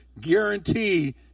guarantee